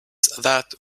that